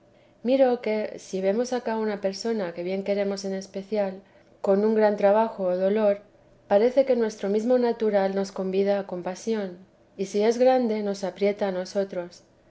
miro que si vemos acá una persona que bien queremos en especial con un gran trabajo o dolor parece que nuestro mesmo natural nos convida a compasión y si es grande nos aprieta a nosotros